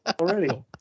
already